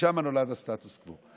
משם נולד הסטטוס קוו.